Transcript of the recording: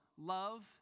love